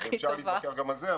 אפשר להתווכח גם על זה,